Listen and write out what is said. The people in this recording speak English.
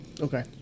Okay